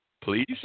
please